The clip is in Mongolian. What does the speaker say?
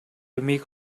юмыг